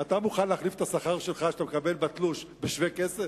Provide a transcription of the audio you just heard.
אתה מוכן להחליף את השכר שלך שאתה מקבל בתלוש בשווה כסף?